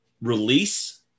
release